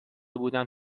بودم